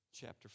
Chapter